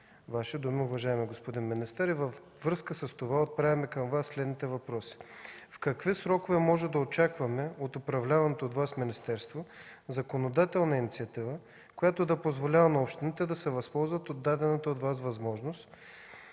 Ваши думи, уважаеми господин министър. Във връзка с това отправяме към Вас следните въпроси: в какви срокове можем да очакваме от управляваното от Вас министерство законодателна инициатива, която да позволява на общините да се възползват от дадената възможност